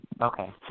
Okay